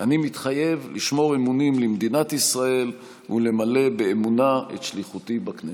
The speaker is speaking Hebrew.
אני מתחייב לשמור אמונים למדינת ישראל ולמלא באמונה את שליחותי בכנסת.